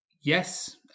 yes